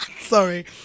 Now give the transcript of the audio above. Sorry